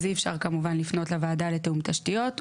אז אי אפשר כמובן לפנות לוועדה לתיאום תשתיות.